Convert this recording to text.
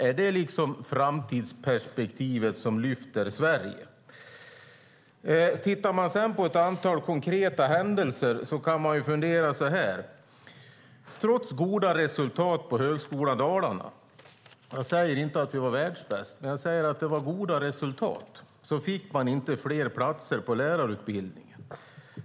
Är detta framtidsperspektivet som lyfter Sverige? Utifrån några konkreta händelser har jag ytterligare funderingar. Trots goda resultat på Högskolan Dalarna - jag säger inte att vi var världsbäst, men det var goda resultat - fick man inte fler platser på lärarutbildningen.